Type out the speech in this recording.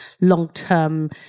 long-term